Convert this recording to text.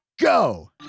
go